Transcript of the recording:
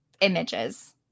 images